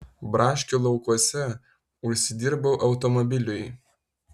braškių laukuose užsidirbau automobiliui